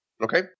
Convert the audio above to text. Okay